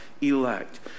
elect